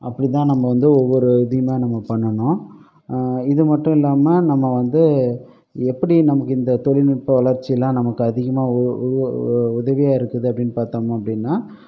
அப்படிதான் நம்ம வந்து ஒவ்வொரு இதையுமே நம்ம பண்ணணும் இது மட்டும் இல்லாமல் நம்ம வந்து எப்படி நமக்கு இந்த தொழில்நுட்ப வளர்ச்சியெலாம் நமக்கு அதிகமாக உதவியாயிருக்குது அப்படினு பார்த்தோம் அப்படினா